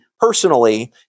personally